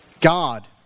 God